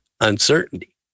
uncertainty